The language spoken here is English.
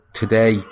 today